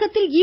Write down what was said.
தமிழகத்தில் இ